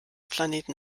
planeten